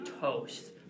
toast